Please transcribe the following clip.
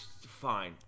fine